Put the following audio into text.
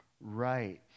right